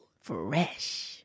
Fresh